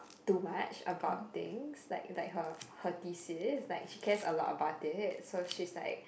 too much about things like like her her thesis like she cares a lot about it so she's like